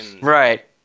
Right